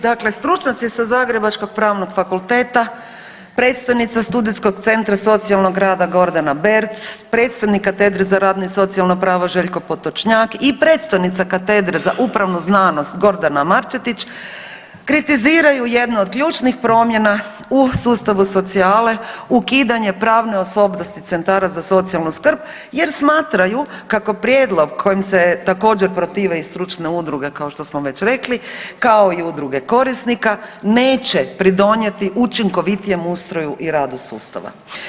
Dakle, stručnjaci sa Zagrebačkog pravnog fakulteta, predstojnica Studentskog centra socijalnog rada Gordana Berc, predstojnik katedre za radno i socijalno pravo Željko Potočnjak i predstojnica katedre za upravnu znanost Gordana Marčetić kritiziraju jedno od ključnih promjena u sustavu socijale ukidanje pravne osobnosti centara za socijalnu skrb jer smatraju kako prijedlog kojim se također protive i stručne udruge kao što smo već rekli, kao i udruge korisnika, neće pridonijeti učinkovitijem ustroju i radu sustava.